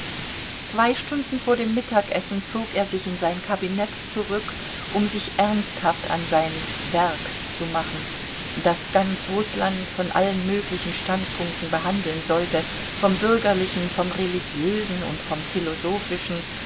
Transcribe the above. zwei stunden vor dem mittagessen zog er sich in sein kabinett zurück um sich ernsthaft an sein werk zu machen das ganz rußland von allen möglichen standpunkten behandeln sollte vom bürgerlichen vom religiösen und vom philosophischen